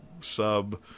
sub